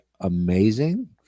amazing